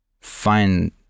find